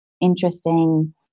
Interesting